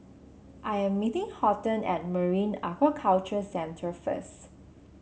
I am meeting Horton at Marine Aquaculture Centre first